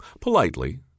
politely